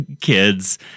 kids